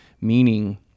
meaning